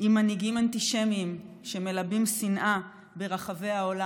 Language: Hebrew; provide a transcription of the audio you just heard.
עם מנהיגים אנטישמיים שמלבים שנאה ברחבי העולם.